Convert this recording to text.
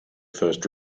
first